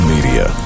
Media